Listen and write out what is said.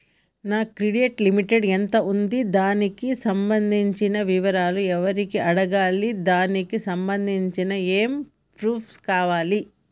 నా credit limit ఎంత ఉంది? దానికి సంబంధించిన వివరాలు ఎవరిని అడగాలి? దానికి సంబంధించిన ఏమేం ప్రూఫ్స్ కావాలి?